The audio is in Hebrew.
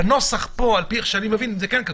בנוסח פה על פי איך שאני מבין זה כן כתוב.